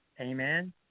Amen